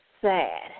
sad